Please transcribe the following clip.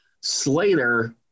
Slater